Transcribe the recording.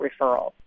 referrals